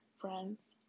Friends